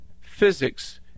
physics